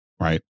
Right